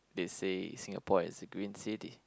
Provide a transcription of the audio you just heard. they say Singapore is a green city